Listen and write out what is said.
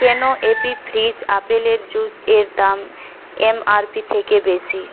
কেন Appy Fizz আপেলের জুসের দাম এম আর পি থেকে বেশি